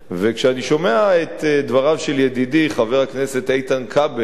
וכשאני שומע את דבריו של ידידי חבר הכנסת איתן כבל,